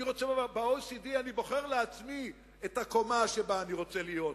ב- OECDאני בוחר לעצמי את הקומה שבה אני רוצה להיות,